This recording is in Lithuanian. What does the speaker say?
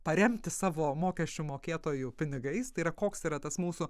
paremti savo mokesčių mokėtojų pinigais tai yra koks yra tas mūsų